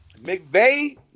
McVeigh